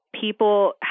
people